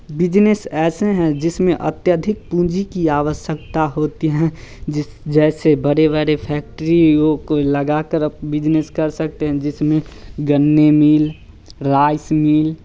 business ऐसे हैं जिसमें अत्यधिक पूँजी की आवश्यकता होती है जिस जैसे बड़े बड़े फैक्ट्रियों को लगाकर आप बिजनेस कर सकते हैं जिसमें गन्ने मील राइस मील